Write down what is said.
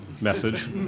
message